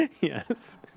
Yes